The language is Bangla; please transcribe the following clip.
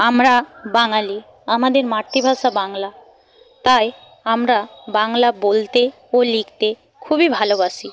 আমরা বাঙালি আমাদের মাতৃভাষা বাংলা তাই আমরা বাংলা বলতে ও লিখতে খুবই ভালোবাসি